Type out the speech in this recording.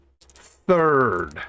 Third